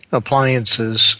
appliances